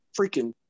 freaking